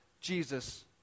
Jesus